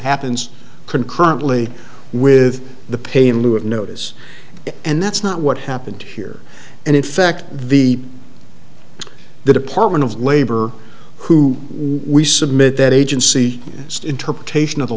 happens concurrently with the pay in lieu of notice and that's not what happened here and in fact the the department of labor who we submit that agency interpretation of the